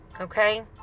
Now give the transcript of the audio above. Okay